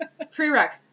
prereq